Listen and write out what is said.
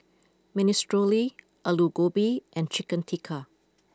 Minestrone Alu Gobi and Chicken Tikka